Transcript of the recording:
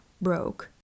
broke